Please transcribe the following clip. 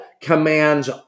commands